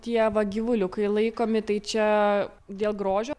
tie va gyvuliukai laikomi tai čia dėl grožio